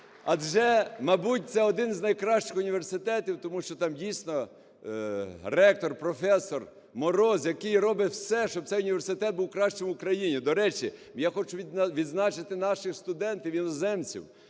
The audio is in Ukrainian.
Адже, мабуть, це один з найкращих університетів, тому що там, дійсно, ректор - професор Мороз, який робить все, щоб цей університет був кращим у країні. До речі, я хочу відзначити наших студентів-іноземців.